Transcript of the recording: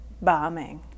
bombing